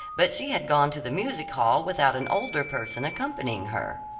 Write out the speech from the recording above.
but she had gone to the music hall without an older person accompanying her.